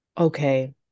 okay